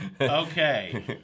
Okay